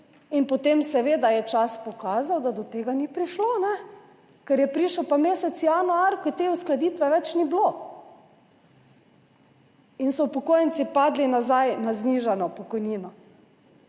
je pa seveda čas pokazal, da do tega ni prišlo, ker je prišel pa mesec januar, ko te uskladitve več ni bilo in so upokojenci padli nazaj na znižano pokojnino.